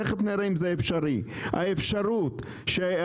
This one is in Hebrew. תיכף נראה אם זה אפשרי האפשרות שהעופות